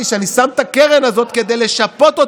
הקבוצות הקטנות צריכות את